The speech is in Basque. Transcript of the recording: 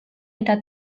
eta